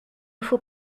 faut